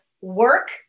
work